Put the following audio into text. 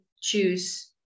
choose